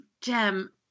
gem